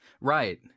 Right